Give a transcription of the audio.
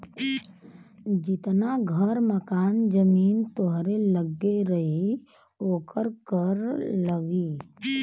जितना घर मकान जमीन तोहरे लग्गे रही ओकर कर लगी